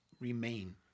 remain